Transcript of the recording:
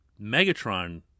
Megatron